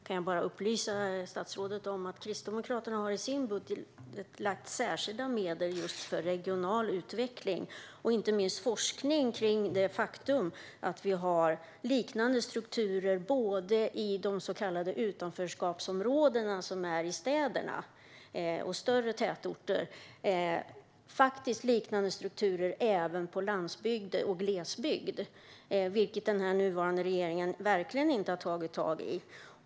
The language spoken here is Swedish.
Fru talman! Jag kan bara upplysa statsrådet om att Kristdemokraterna i sin budget har lagt särskilda medel just för regional utveckling och inte minst forskning om det faktum att vi har liknande strukturer i de så kallade utanförskapsområdena, som är i städerna och större tätorter, som på landsbygd och i glesbygd. Det har den nuvarande regeringen verkligen inte tagit tag i.